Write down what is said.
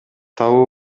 табуу